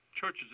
churches